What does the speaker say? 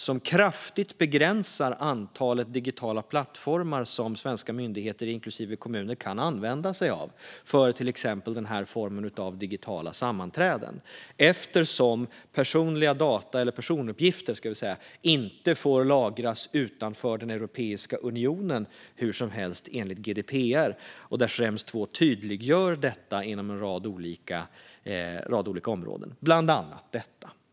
Den begränsar kraftigt antalet digitala plattformar som svenska myndigheter, inklusive kommuner, kan använda sig av för till exempel denna form av digitala sammanträden, eftersom personliga data - eller personuppgifter, ska jag säga - enligt GDPR inte får lagras utanför Europeiska unionen hur som helst. Schrems II tydliggör detta inom en rad olika områden, bland annat detta.